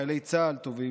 חיילי צה"ל טובים,